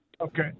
Okay